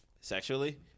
Sexually